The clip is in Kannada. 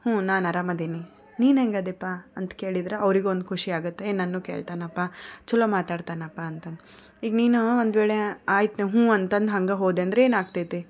ಹು ನಾನು ಆರಾಮ ಅದೀನಿ ನೀನು ಹೆಂಗೆ ಅದೀಪ್ಪ ಅಂತ ಕೇಳಿದ್ರೆ ಅವರಿಗೂ ಒಂದು ಖುಷಿ ಆಗುತ್ತೆ ಏ ನನ್ನೂ ಕೇಳ್ತಾನಪ್ಪ ಚಲೋ ಮಾತಾಡ್ತನಪ್ಪಾ ಅಂತ ಈಗ ನೀನು ಒಂದು ವೇಳೆ ಆಯಿತು ಹು ಅಂತ ಅಂದು ಹಂಗೆ ಹೋದೆ ಅಂದ್ರೆ ಏನಾಗ್ತೈತೆ